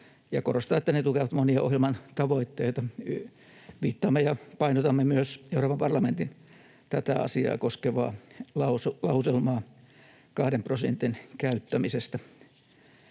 ja korostaa, että ne tukevat monia ohjelman tavoitteita. Viittaamme ja painotamme myös Euroopan parlamentin tätä asiaa koskevaa lauselmaa 2 prosentin käyttämisestä